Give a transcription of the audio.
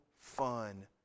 fun